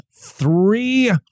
three